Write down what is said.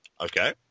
Okay